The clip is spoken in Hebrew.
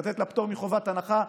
לתת לה פטור מחובת הנחה,